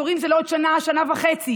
התורים הם לעוד שנה, שנה וחצי,